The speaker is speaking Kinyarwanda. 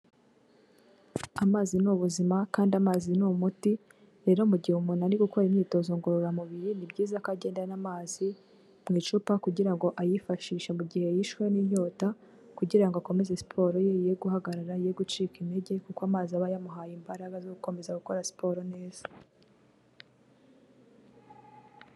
Amazi n'ubuzima kandi amazi ni umuti rero mu gihe umuntu ari gukora imyitozo ngororamubiri ni byiza ko agendana amazi mw'icupa kugira ngo ayifashishe mu gihe yishwe n'inyota kugira ngo akomeze siporo ye guhagarara, ye gucika intege kuko amazi aba yamuhaye imbaraga zo gukomeza gukora siporo neza.